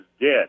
dead